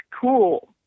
cool